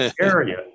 area